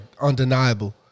undeniable